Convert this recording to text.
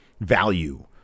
value